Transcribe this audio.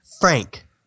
Frank